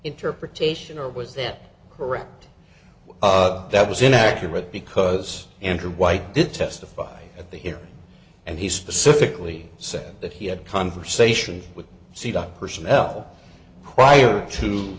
interpretation or was that correct that was inaccurate because andrew white did testify at the hearing and he specifically said that he had conversations with si dot personnel prior to